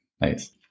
Nice